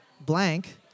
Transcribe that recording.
blank